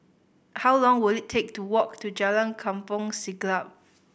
how long will it take to walk to Jalan Kampong Siglap